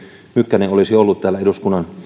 mykkänen olisi ollut täällä eduskunnan